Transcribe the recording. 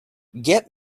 get